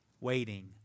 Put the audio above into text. waiting